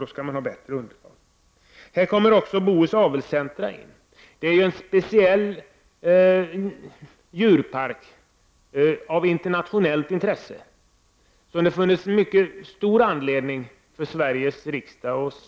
Då kommer det att finnas ett bättre underlag. Bohus Avelscentrum kan nämnas i detta sammanhang. Det är en speciell djurpark som är av internationellt intresse. Det finns mycket stor anledning för Sveriges riksdag och för